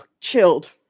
chilled